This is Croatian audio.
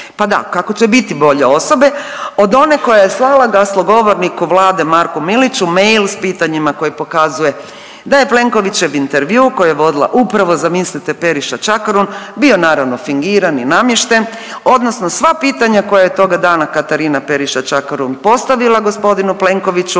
Pa da kako će biti bolje osobe od one koja je slala glasnogovorniku Vlade Marku Miliću s pitanjima koje pokazuje da je Plenkovićev intervju koji je vodila upravo zamislite Periša Čakarun bio naravno fingiran i namješten odnosno sva pitanja koja je toga dana Katarina Periša Čakarun postavila gospodinu Plenkoviću